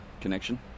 connection